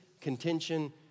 contention